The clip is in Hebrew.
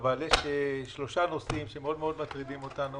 יש שלושה נושאים שהם מאוד מטרידים אותנו